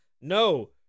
No